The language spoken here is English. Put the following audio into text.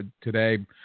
today